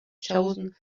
chosen